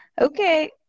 Okay